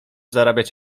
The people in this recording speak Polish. zarabiać